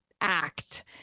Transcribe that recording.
act